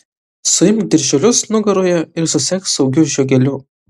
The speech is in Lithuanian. suimk dirželius nugaroje ir susek saugiu žiogeliu